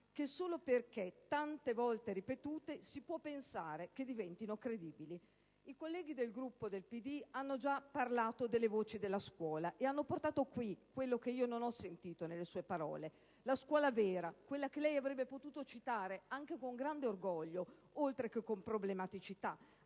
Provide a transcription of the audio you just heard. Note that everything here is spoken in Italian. che solo perché tante volte ripetute si può pensare che diventino credibili. I colleghi del Gruppo del PD hanno già parlato delle «voci della scuola» e hanno riportato qui quello che io non ho sentito nelle sue parole, cioè la scuola vera, quella che lei avrebbe potuto citare anche con grande orgoglio oltre che con problematicità,